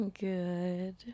Good